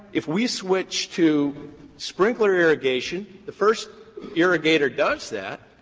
if we switch to sprinkler irrigation, the first irrigator does that,